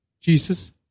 Jesus